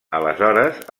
aleshores